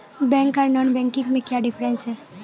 Bank आर non banking में क्याँ डिफरेंस है?